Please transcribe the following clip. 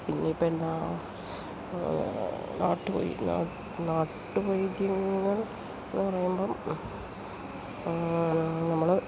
പിന്നെ ഇപ്പം എന്താ നാട്ടുവൈദ്യം നാട്ടു വൈദ്യങ്ങൾ എന്ന് പറയുമ്പം നമ്മൾ